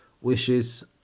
wishes